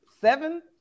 seven